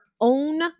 own